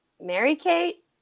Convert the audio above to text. Mary-Kate